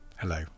Hello